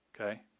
Okay